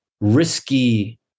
risky